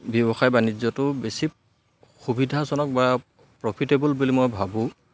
ব্যৱসায় বাণিজ্যটো বেছি সুবিধাজনক বা প্ৰফিটেবল বুলি মই ভাবোঁ